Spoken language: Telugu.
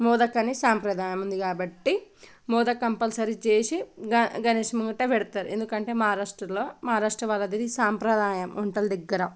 మోదక్ అని సాంప్రదాయం ఉంది కాబట్టి మోదక్ కంపల్సరీ చేసి గ గణేష్ ముంగిట పెడతారు ఎందుకంటే మహారాష్ట్రలో మహారాష్ట్ర వాళ్ళదిది సాంప్రదాయం వంటల దగ్గర